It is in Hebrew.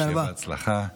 שיהיה בהצלחה.